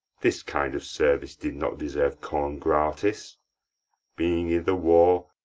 this kind of service did not deserve corn gratis being i' the war,